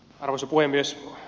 arvoisa puhemies